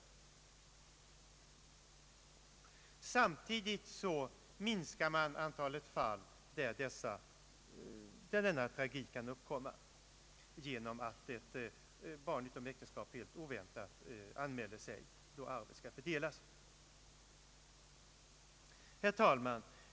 Om man sätter 1950 som gräns minskar man samtidigt antalet fall där tragik kan uppstå genom att ett barn utom äktenskap helt oväntat anmäler sig då ett arv skall fördelas. Herr talman!